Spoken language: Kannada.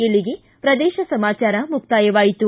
ಇಲ್ಲಿಗೆ ಪ್ರದೇಶ ಸಮಾಚಾರ ಮುಕ್ತಾಯವಾಯಿತು